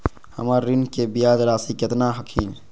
हमर ऋण के ब्याज रासी केतना हखिन?